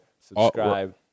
Subscribe